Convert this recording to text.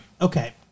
okay